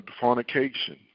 fornication